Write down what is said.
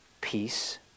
Peace